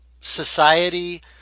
society